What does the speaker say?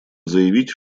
заявить